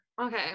Okay